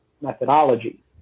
methodology